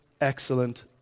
excellent